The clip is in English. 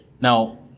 Now